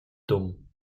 dumm